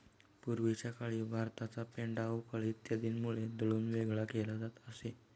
पूर्वीच्या काळी भाताचा पेंढा उखळ इत्यादींमध्ये दळून वेगळा केला जात असे